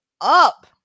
up